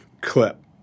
clip